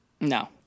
No